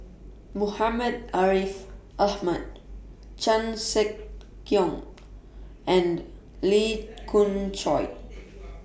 Muhammad Ariff Ahmad Chan Sek Keong and Lee Khoon Choy